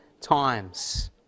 times